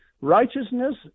Righteousness